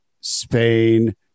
Spain